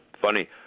Funny